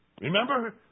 Remember